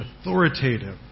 authoritative